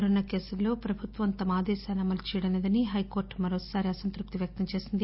corona కేసుల్లో ప్రభుత్వం తమ ఆదేశాలు అమలు చేయడం లేదని హైకోర్లు మరోసారి అసంతృప్తి వ్యక్తం చేసింది